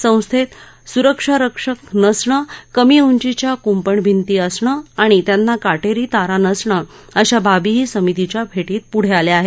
संस्थेत सुरक्षारक्षक नसणं कमी उंचीच्या कूंपणभिती असणं आणि त्यांना काटेरी तारा नसणे अशा बाबीही समितीच्या भेटीत पुढे आल्या आहेत